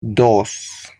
dos